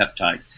peptide